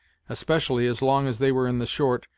especially as long as they were in the short,